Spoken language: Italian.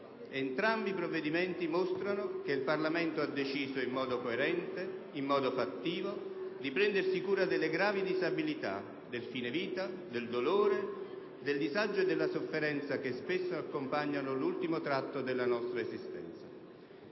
entrambi i provvedimenti mostrano che il Parlamento ha deciso in modo coerente e in modo fattivo di prendersi cura delle gravi disabilità, del fine vita, del dolore, del disagio e della sofferenza che spesso accompagnano l'ultimo tratto della nostra esistenza.